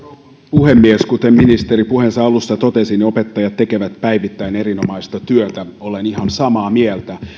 puhemies kuten ministeri puheensa alussa totesi opettajat tekevät päivittäin erinomaista työtä olen ihan samaa mieltä